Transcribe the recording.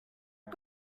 not